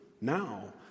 now